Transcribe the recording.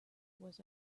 was